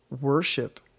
worship